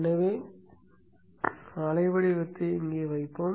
எனவே அலைவடிவத்தை இங்கே வைப்போம்